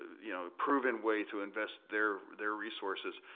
you know, proven way to invest their their resources,